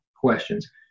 questions